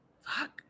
fuck